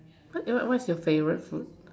what your what is your favourite food